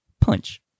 Punch